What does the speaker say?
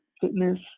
fitness